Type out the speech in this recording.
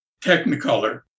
Technicolor